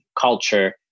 culture